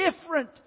different